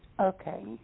Okay